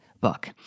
book